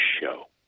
show